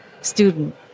student